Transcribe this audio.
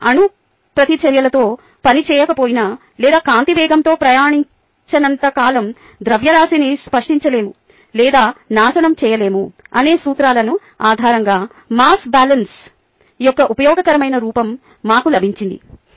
మీరు అణు ప్రతిచర్యలతో పని చేయకపోయినా లేదా కాంతి వేగంతో ప్రయాణించనంత కాలం ద్రవ్యరాశిని సృష్టించలేము లేదా నాశనం చేయలేము అనే సూత్రాల ఆధారంగా మాస్ బ్యాలెన్స్ యొక్క ఉపయోగకరమైన రూపం మాకు లభించింది